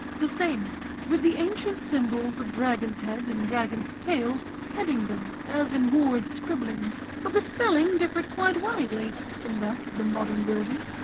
the same with the ancient symbols of dragon's head and dragon's tail heading them as in ward's scribblings. but the spelling differed quite widely from that of the modern versions,